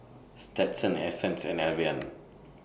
Stetson Essence and Albion